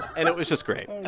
and it was just great yeah